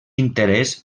interès